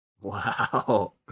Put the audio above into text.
Wow